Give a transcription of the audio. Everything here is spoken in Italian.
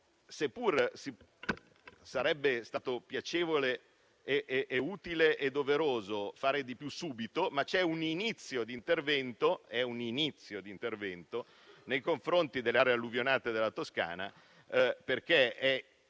Seppure sarebbe stato piacevole, utile e doveroso fare di più subito, c'è anche un inizio di intervento nei confronti delle aree alluvionate della Toscana. Magari uno non